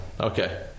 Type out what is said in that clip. Okay